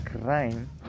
crime